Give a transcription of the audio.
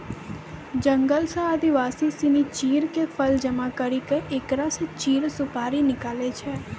जंगल सॅ आदिवासी सिनि चीड़ के फल जमा करी क एकरा स चीड़ सुपारी निकालै छै